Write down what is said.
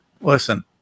Listen